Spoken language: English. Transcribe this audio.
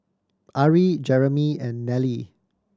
Arie Jeremey and Nelle